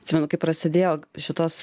atsimenu kai prasidėjo šitos